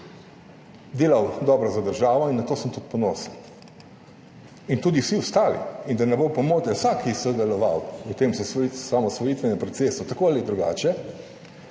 delal dobro za državo in na to sem tudi ponosen, in tudi vsi ostali. In da ne bo pomote, vsak, ki je sodeloval v tem osamosvojitvenem procesu tako ali drugače,